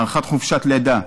הארכת חופשת הלידה,